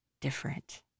different